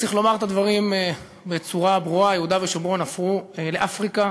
צריך לומר את הדברים בצורה ברורה: יהודה ושומרון הפכו לאפריקה,